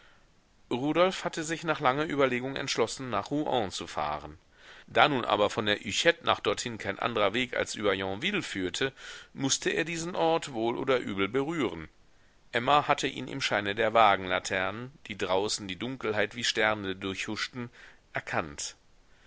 rudolf hatte sich nach langer überlegung entschlossen nach rouen zu fahren da nun aber von der hüchette nach dorthin kein anderer weg als der über yonville führte mußte er diesen ort wohl oder übel berühren emma hatte ihn im scheine der wagenlaternen die draußen die dunkelheit wie sterne durchhuschten erkannt